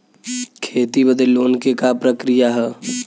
खेती बदे लोन के का प्रक्रिया ह?